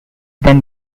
then